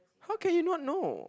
how can you not know